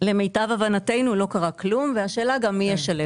למיטב הבנתנו לא קרה כלום והשאלה גם מי ישלם את זה.